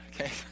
okay